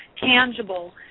tangible